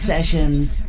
Sessions